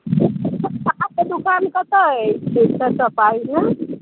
अहाँके दोकान कतए अछि सरिसोपाहीमे